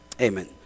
Amen